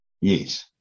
yes